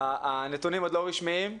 הנתונים עוד לא רשמיים.